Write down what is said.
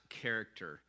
character